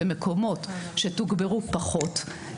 במקומות שתוגברו פחות,